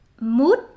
mood